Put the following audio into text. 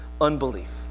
unbelief